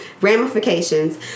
ramifications